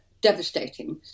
devastating